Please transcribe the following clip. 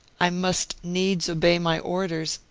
i must needs obey my orders,